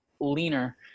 leaner